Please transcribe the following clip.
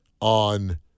on